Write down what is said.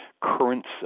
currents